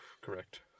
Correct